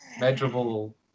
measurable